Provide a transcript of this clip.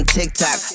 TikTok